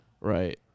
Right